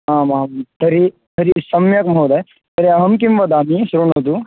आमां तर्हि तर्हि सम्यक् महोदय तर्हि अहं किं वदामि शृणोतु